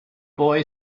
boy